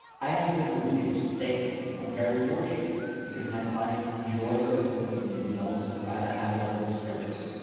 i have good reviews. thankfully i'm very fortunate because my clients enjoy working with me and we always provide a high level of service,